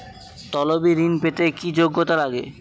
তলবি ঋন পেতে কি যোগ্যতা লাগে?